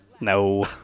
No